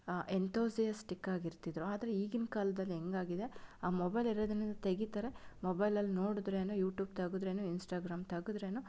enthusiastic ಆಗಿ ಇರ್ತಿದ್ರು ಆದರ ಈಗಿನ ಕಾಲದಲ್ಲಿ ಹೆಂಗೆ ಆಗಿದೆ ಮೊಬೈಲ್ ಇರೋದನ್ನು ತೆಗಿತಾರೆ ಮೊಬೈಲಲ್ಲಿ ನೋಡಿದ್ರೇನು ಯೂಟ್ಯೂಬ್ ತೆಗೆದರೇನು ಇನ್ಸ್ಟಗ್ರಾಮ್ ತೆಗೆದ್ರೇನು